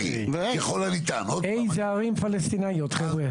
השיח שלי הוא פרודוקטיבי.